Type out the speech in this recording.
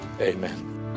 Amen